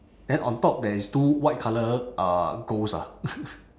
then on top there is two white colour uh ghosts ah